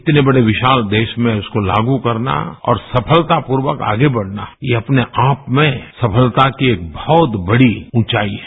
इतने बड़े विशाल देश में उसको लागू करना और सफलतापूर्वक आगे बढ़ना यह अपने आप में सफलता की बहुत बड़ी ऊंचाई हैं